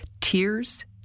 Tears